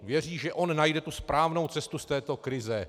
Věří, že on najde tu správnou cestu z této krize.